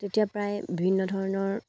তেতিয়া প্ৰায় বিভিন্ন ধৰণৰ